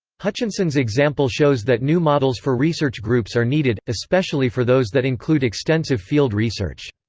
hutchinson's example shows that new models for research groups are needed, especially for those that include extensive field research.